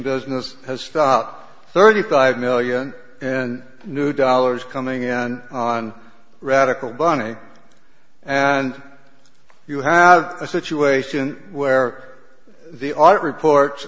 this has stop thirty five million and new dollars coming in on radical bunny and you have a situation where the art reports